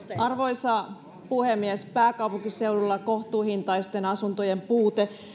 arvoisa puhemies pääkaupunkiseudulla kohtuuhintaisten asuntojen puute